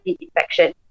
infection